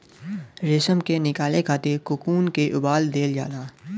रेशम के निकाले खातिर कोकून के उबाल दिहल जाला